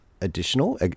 additional